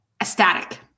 Ecstatic